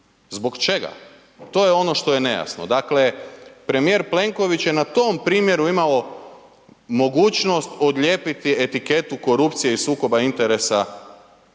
Zbog čega? To je ono što je nejasno. Dakle premijer Plenković je na tom primjeru imao mogućnost odlijepiti etiketu korupcije i sukoba interesa od